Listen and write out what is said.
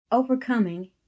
Overcoming